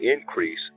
increase